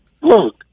Look